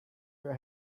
your